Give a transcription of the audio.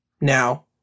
Now